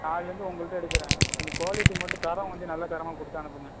நாளையிலேருந்து உங்கள்கிட்ட எடுக்கிறேன் கொஞ்சம் குவாலிட்டி மட்டும் தரம் கொஞ்சம் நல்ல தரமாக கொடுத்து அனுப்புங்க